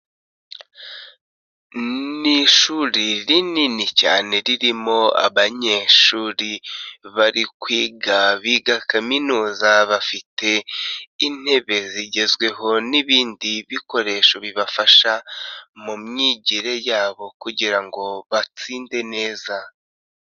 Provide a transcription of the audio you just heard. Ni ishuri rinini cyane ririmo abanyeshuri bari kwiga biga Kaminuza, bafite intebe zigezweho n'ibindi bikoresho bibafasha mu myigire yabo kugira ngo batsinde neza.